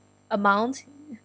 amount